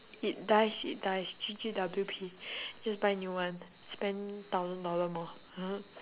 it dies it dies G_G_W_P just buy new one spend thousand dollar more